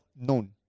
known